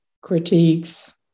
critiques